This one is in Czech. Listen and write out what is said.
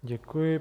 Děkuji.